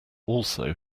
also